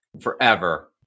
forever